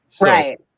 Right